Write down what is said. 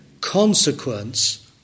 consequence